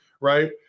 right